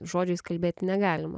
žodžiais kalbėti negalima